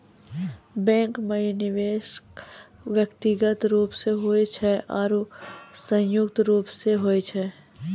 Bank माई निवेश व्यक्तिगत रूप से हुए छै की संयुक्त रूप से होय छै?